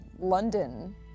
London